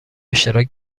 اشتراک